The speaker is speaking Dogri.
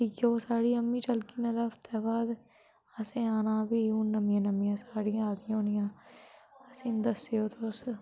लेई आओ साड़ी अम्मी चलगी नेईं तां हफ्ते बाद असें आना फ्ही हून नमियां नमियां साड़ियां आई दियां होनियां असें दस्सेओ तोस